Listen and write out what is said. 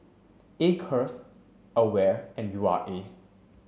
Acres AWARE and U R A